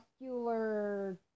muscular